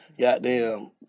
goddamn